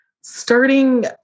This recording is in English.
starting